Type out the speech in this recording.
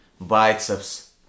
biceps